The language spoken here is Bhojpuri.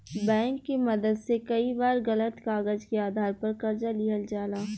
बैंक के मदद से कई बार गलत कागज के आधार पर कर्जा लिहल जाला